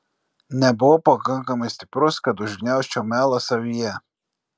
nebuvau pakankamai stiprus kad užgniaužčiau melą savyje